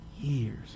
years